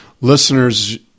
Listeners